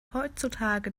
heutzutage